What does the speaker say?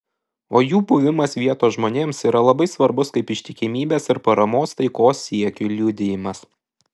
o jų buvimas vietos žmonėms yra labai svarbus kaip ištikimybės ir paramos taikos siekiui liudijimas